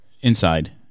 Inside